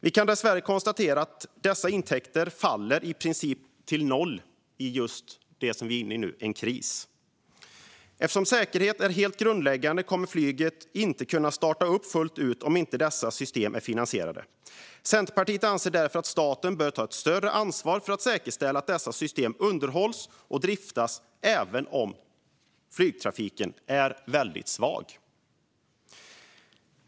Vi kan dessvärre konstatera att dessa intäkter faller till i princip noll i just det vi är inne i nu, nämligen en kris. Eftersom säkerhet är helt grundläggande kommer flyget inte att kunna starta upp fullt ut om inte dessa system är finansierade. Centerpartiet anser därför att staten bör ta ett större ansvar för att säkerställa att dessa system underhålls och driftas även om flygtrafiken är väldigt svag.